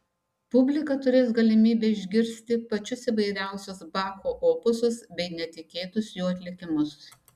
publika turės galimybę išgirsti pačius įvairiausius bacho opusus bei netikėtus jų atlikimus